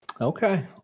Okay